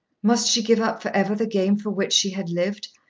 must she give up for ever the game for which she had lived,